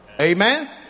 Amen